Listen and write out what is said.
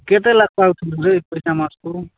କେତେ ଲାଭ ପାଉଛୁରେ ପଇସା ମାସକୁ